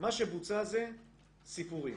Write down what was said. מה שבוצע זה סיפורים.